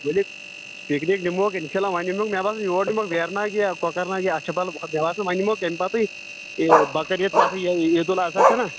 ؤلِو پِکنِک نِمہوکھ اِنشا اللہ وۄنۍ نِمہوکھ مےٚ باسان یور نِمہوکھ ویرناگ یا کۄکرناگ یا اَچھہٕ بل مےٚ باسان وۅنۍ نِمہوکھ تٔمہِ پتہٕ بکر عیٖد پتہٕ عیٖدالاضحی چھَ نا